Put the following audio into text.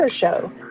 Show